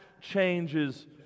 changes